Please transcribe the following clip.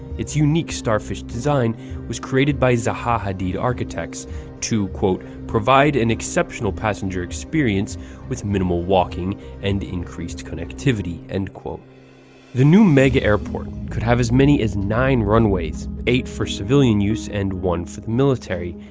it's unique starfish design was created by zaha hadid architects to provide an exceptional passenger experience with minimal walking and increased connectivity. the new mega-airport could have as many as nine runways eight for civilian use and one for the military,